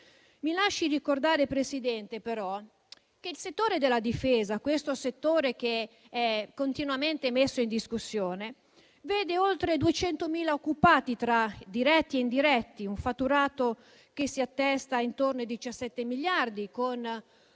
Mi lasci però ricordare, signora Presidente, che il settore della difesa, che è continuamente messo in discussione, vede oltre 200.000 occupati diretti e indiretti, un fatturato che si attesta intorno ai 17 miliardi, con